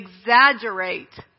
exaggerate